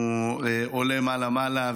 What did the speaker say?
הוא עולה מעלה מעלה.